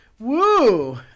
Woo